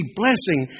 blessing